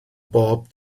bob